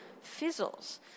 fizzles